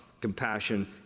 compassion